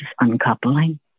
uncoupling